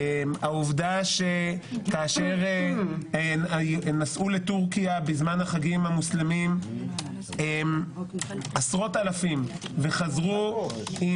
העובדה שכאשר נסעו לטורקיה בזמן החגים המוסלמים עשרות-אלפים וחזרו עם